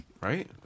right